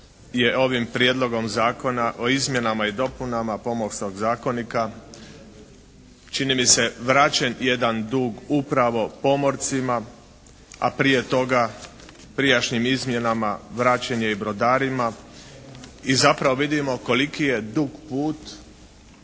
je ovim Prijedlogom zakona o izmjenama i dopunama Pomorskog zakonika čini mi se vraćen jedan dug upravo pomorcima, a prije toga prijašnjim izmjenama vraćen je i brodarima i zapravo vidimo koliki je dug put